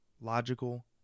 logical